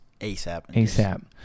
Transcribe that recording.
ASAP